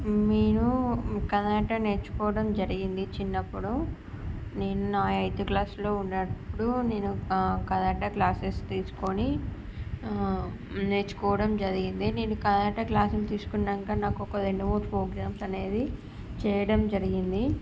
నేను కరాట నేర్చుకోవడం జరిగింది చిన్నప్పుడు నేను నా ఎయిత్ క్లాస్లో ఉన్నప్పుడు నేను ఆ కరాటే క్లాసెస్ తీసుకోని ఆ నేర్చుకోవడం జరిగింది నేను కరాటే క్లాసెస్ తీసుకున్నాక నాకు ఒక రెండు మూడు ప్రోగ్రామ్స్ అనేవి చేయడం జరిగింది